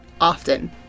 often